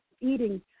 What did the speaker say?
eating